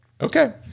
Okay